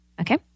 okay